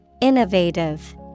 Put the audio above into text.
Innovative